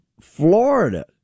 Florida